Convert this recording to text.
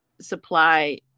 supply